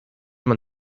man